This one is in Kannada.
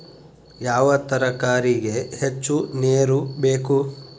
ಯಾವ ತರಕಾರಿಗೆ ಹೆಚ್ಚು ನೇರು ಬೇಕು?